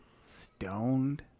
Stoned